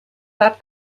that